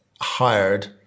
Hired